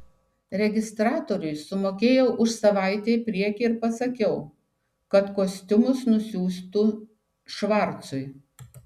registratoriui sumokėjau už savaitę į priekį ir pasakiau kad kostiumus nusiųstų švarcui